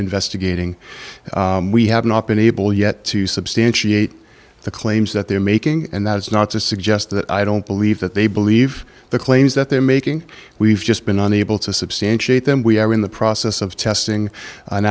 investigating we have not been able yet to substantiate the claims that they're making and that is not to suggest that i don't believe that they believe the claims that they're making we've just been unable to substantiate them we are in the process of testing an